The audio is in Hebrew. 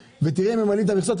ותראה אם הם ממלאים את המכסות?